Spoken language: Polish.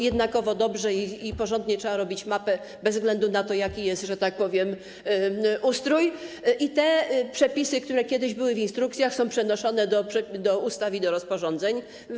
Jednakowo dobrze i porządnie trzeba robić mapę bez względu na to, jaki jest, że tak powiem, ustrój i te przepisy, które kiedyś były w instrukcjach, są przenoszone do ustaw i do rozporządzeń.